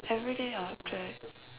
everyday object